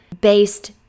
based